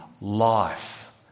life